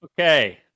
Okay